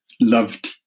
loved